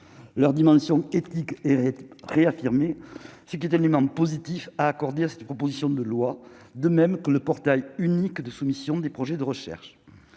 leur dimension éthique et réaffirmé ce qui était minimum positif à accorder à cette proposition de loi, de même que le portail unique de soumission des projets de recherche,